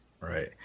Right